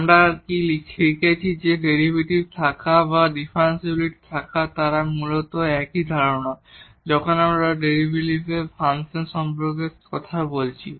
আমরা আর কি শিখেছি যে ডেরিভেটিভ থাকা বা ডিফারেনশিবিলিটি থাকা তারা মূলত একই ধারণা যখন আমরা একটি ভেরিয়েবলের ফাংশন সম্পর্কে কথা বলছি